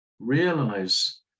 realize